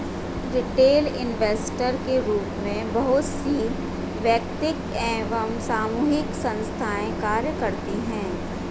retail investor के रूप में बहुत सी वैयक्तिक एवं सामूहिक संस्थाएं कार्य करती हैं